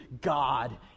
God